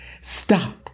Stop